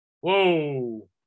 Whoa